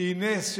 שהיא נס,